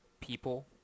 people